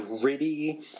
gritty